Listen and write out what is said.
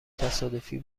تصادفی